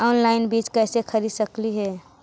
Online बीज कईसे खरीद सकली हे?